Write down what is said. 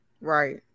right